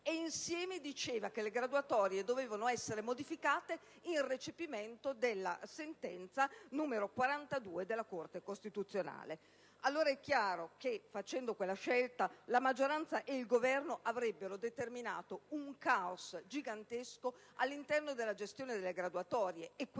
contempo, diceva che le graduatorie dovevano essere modificate in recepimento della sentenza n. 41 del 7 febbraio 2011 della Corte costituzionale. È chiaro che, compiendo quella scelta, la maggioranza e il Governo avrebbero determinato un caos gigantesco nella gestione delle graduatorie